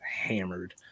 hammered